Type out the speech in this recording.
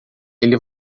ele